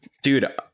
Dude